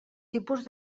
tipus